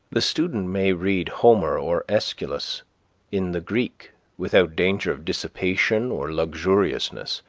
the student may read homer or aeschylus in the greek without danger of dissipation or luxuriousness,